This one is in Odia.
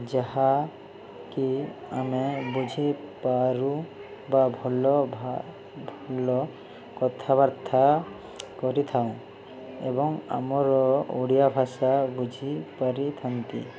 ଯାହାକିି ଆମେ ବୁଝିପାରୁ ବା ଭଲ ଭଲ କଥାବାର୍ତ୍ତା କରିଥାଉଁ ଏବଂ ଆମର ଓଡ଼ିଆ ଭାଷା ବୁଝିପାରିଥାନ୍ତି